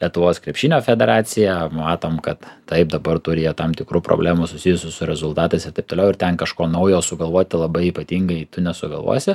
lietuvos krepšinio federacija matom kad taip dabar turi jie tam tikrų problemų susijusių su rezultatais ir taip toliau ir ten kažko naujo sugalvoti labai ypatingai nesugalvosi